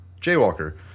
Jaywalker